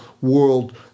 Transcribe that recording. world